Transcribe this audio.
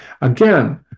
Again